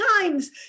times